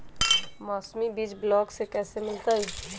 मौसमी बीज ब्लॉक से कैसे मिलताई?